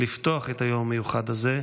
לפתוח את היום המיוחד הזה.